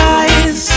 eyes